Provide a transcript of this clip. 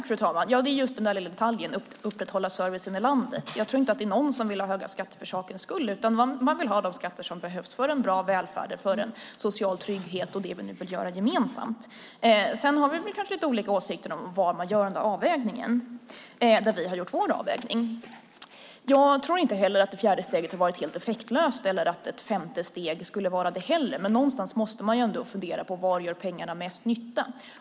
Fru talman! Det är just den där lilla detaljen: att upprätthålla servicen i landet. Jag tror inte att det är någon som vill ha höga skatter för sakens skull, utan man vill ha de skatter som behövs för en bra välfärd, för en social trygghet och för det som vi vill göra gemensamt. Sedan har vi kanske lite olika åsikter om hur man gör denna avvägning, och vi har gjort vår avvägning. Jag tror inte heller att det fjärde steget har varit helt effektlöst eller att ett femte steg skulle vara det. Men någonstans måste man ändå fundera på var pengarna gör mest nytta.